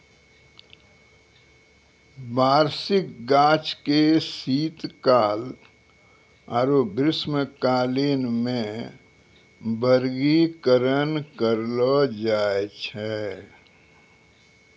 वार्षिक गाछ के शीतकाल आरु ग्रीष्मकालीन मे वर्गीकरण करलो जाय छै